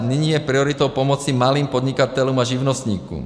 Nyní je prioritou pomoci malým podnikatelům a živnostníkům.